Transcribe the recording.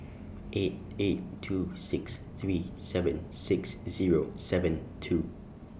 eight eight two six three seven six Zero seven two